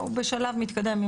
הוא בשלב מתקדם,